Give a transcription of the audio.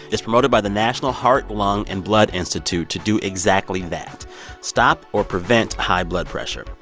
is promoted by the national heart, lung and blood institute to do exactly that stop or prevent high blood pressure.